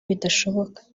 bidashoboka